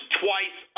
twice